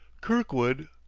kirkwood.